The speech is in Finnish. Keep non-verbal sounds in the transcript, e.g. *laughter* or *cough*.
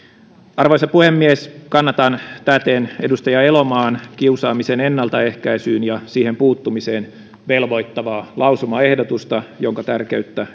arvoisa puhemies kannatan täten edustaja elomaan kiusaamisen ennaltaehkäisyyn ja siihen puuttumiseen velvoittavaa lausumaehdotusta jonka tärkeyttä *unintelligible*